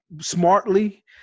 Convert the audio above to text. smartly